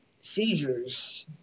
seizures